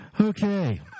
Okay